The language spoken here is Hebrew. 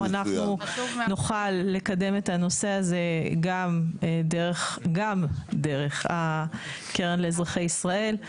אנחנו נוכל לקדם את הנושא הזה גם דרך הקרן לאזרחי ישראל.